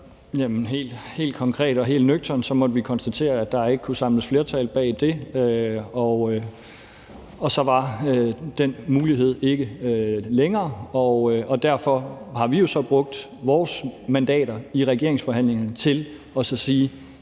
Helt konkret og helt nøgternt måtte vi konstatere, at der ikke kunne samles flertal bag det, og så var den mulighed ikke til stede længere, og derfor har vi jo så brugt vores mandater til under regeringsforhandlingerne at sige,